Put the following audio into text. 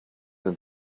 and